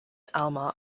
elma